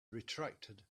retracted